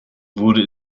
wurde